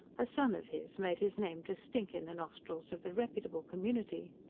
a son of his made his name to stink in the nostrils of the reputable community.